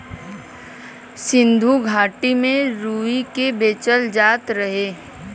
सिन्धु घाटी में रुई के बेचल जात रहे